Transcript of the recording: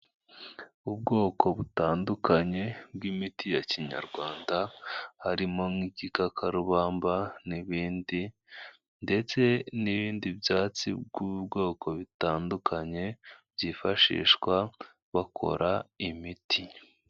Ubwoko butandukanye bw'imiti ya kinyarwanda, harimo nk'igikakarubamba n'ibindi, ndetse n'ibindi byatsi bw'ubwoko butandukanye, byifashishwa bakora imiti.